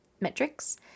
metrics